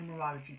numerology